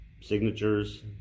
signatures